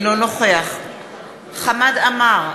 אינו נוכח חמד עמאר,